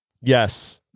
yes